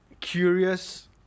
curious